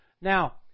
Now